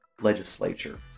legislature